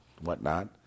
whatnot